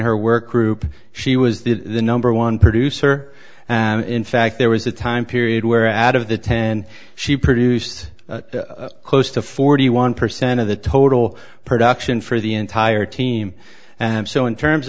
her work group she was the number one producer and in fact there was a time period where out of the ten she produced close to forty one percent of the total production for the entire team and so in terms